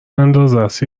اندازست